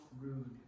rude